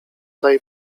daj